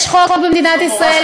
יש חוק במדינת ישראל,